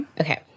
Okay